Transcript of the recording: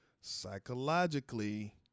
psychologically